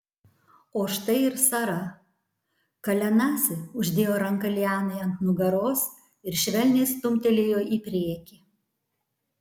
o štai ir sara kalenasi uždėjo ranką lianai ant nugaros ir švelniai stumtelėjo į priekį